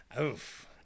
Oof